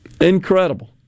Incredible